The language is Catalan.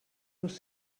els